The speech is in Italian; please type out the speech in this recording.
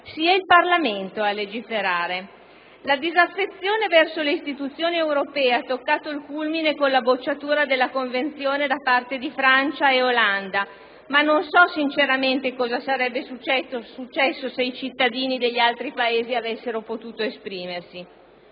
sia il Parlamento a legiferare. La disaffezione verso le istituzioni europee ha toccato il culmine con la bocciatura del Trattato sull'Unione europea da parte di Francia e Olanda, ma non so sinceramente cosa sarebbe successo se i cittadini degli altri Paesi avessero potuto esprimersi.